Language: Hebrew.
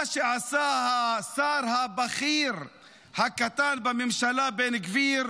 מה שעשה השר הבכיר הקטן בממשלה בן גביר